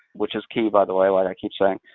which is key, by the way, like i keep saying,